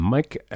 Mike